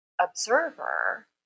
observer